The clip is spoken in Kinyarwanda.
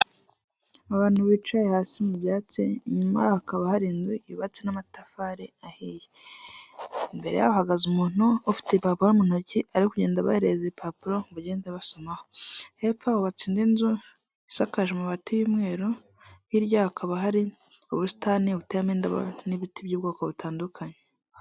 Abantu bicaye hasi mu byatsi inyuma hakaba hari inzu yubatse n'amatafari ahiye; imbere hahagaze umuntu ufite impapuro mu ntoki ari kugenda abahereza impapuro ngo bagende basomaho. Hepfo hubatse indi inzu isakaje amabati y'umweru hirya hakaba hari ubusitani buteyemo indabo n'ibiti by'ubwoko butandukanye.